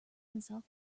himself